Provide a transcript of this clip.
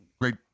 great